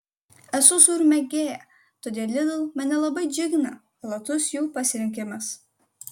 esu sūrių mėgėja todėl lidl mane labai džiugina platus jų pasirinkimas